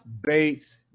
Bates